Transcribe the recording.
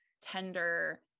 tender